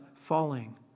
falling